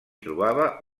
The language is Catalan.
trobava